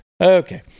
Okay